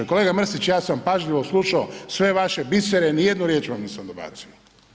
Kolega Mrsić ja sam pažljivo slušao sve vaše bisere ni jednu riječ vam nisam dobacio.